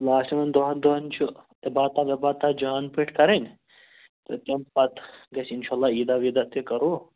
لاسٹہٕ یِمن دَہن دۄہن چھُ عبادتا ویبادتا جان پٲٹھۍ کَرٕنۍ تہٕ تَمہِ پتہٕ گژھِ انشااللہ عیٖدا ویٖدا تہِ کَرو